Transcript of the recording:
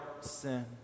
sin